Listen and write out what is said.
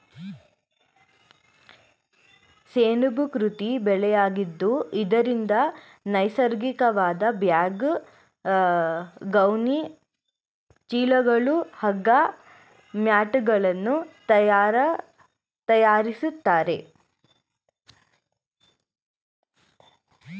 ಸೆಣಬು ಕೃಷಿ ಬೆಳೆಯಾಗಿದ್ದು ಇದರಿಂದ ನೈಸರ್ಗಿಕವಾದ ಬ್ಯಾಗ್, ಗೋಣಿ ಚೀಲಗಳು, ಹಗ್ಗ, ಮ್ಯಾಟ್ಗಳನ್ನು ತರಯಾರಿಸ್ತರೆ